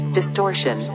distortion